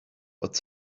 but